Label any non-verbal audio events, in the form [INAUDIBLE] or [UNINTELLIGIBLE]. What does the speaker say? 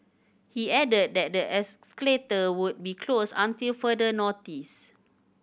he added that the as [UNINTELLIGIBLE] would be closed until further notice